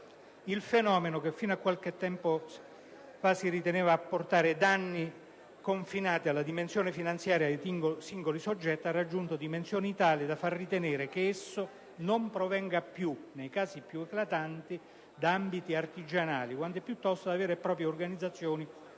Il fenomeno, che fino a qualche tempo fa si riteneva apportare danni confinati alla dimensione finanziaria di singoli soggetti, ha raggiunto dimensioni tali da far ritenere che esso non provenga più, nei casi più eclatanti, da ambiti artigianali, quanto piuttosto da vere e proprie organizzazioni